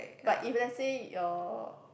but if let's say your